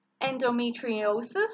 endometriosis